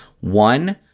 One